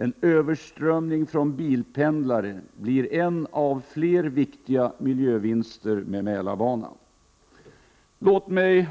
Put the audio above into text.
En överströmning av bilpendlare blir en av fler viktiga miljövinster med Mälarbanan. Låt mig